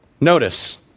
Notice